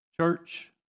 Church